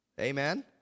Amen